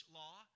law